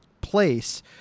place